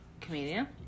comedian